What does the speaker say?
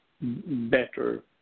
better